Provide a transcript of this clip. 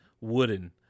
wooden